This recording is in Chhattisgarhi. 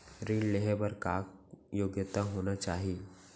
ऋण लेहे बर का योग्यता होना चाही?